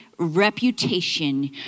reputation